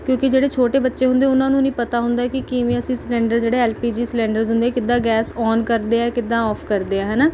ਕਿਉਂਕਿ ਜਿਹੜੇ ਛੋਟੇ ਬੱਚੇ ਹੁੰਦੇ ਉਨ੍ਹਾਂ ਨੂੰ ਨਹੀਂ ਪਤਾ ਹੁੰਦਾ ਕਿ ਕਿਵੇਂ ਅਸੀਂ ਸਿਲੰਡਰ ਜਿਹੜਾ ਐੱਲ ਪੀ ਜੀ ਸਿਲੰਡਰਸ ਹੁੰਦੇ ਕਿੱਦਾਂ ਗੈਸ ਔਨ ਕਰਦੇ ਹੈ ਕਿੱਦਾਂ ਔਫ ਕਰਦੇ ਹੈ ਹੈ ਨਾ